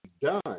done